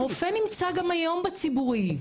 הרופא נמצא גם היום בציבורי,